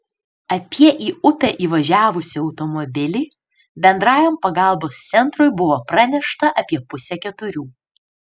apie į upę įvažiavusį automobilį bendrajam pagalbos centrui buvo pranešta apie pusę keturių